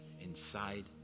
inside